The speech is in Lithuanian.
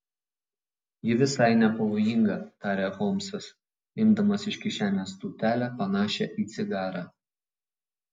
ji visai nepavojinga tarė holmsas imdamas iš kišenės tūtelę panašią į cigarą